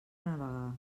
navegar